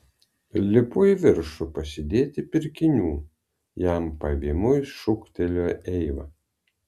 lipu į viršų pasidėti pirkinių jam pavymui šūktelėjo eiva